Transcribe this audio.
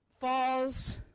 Falls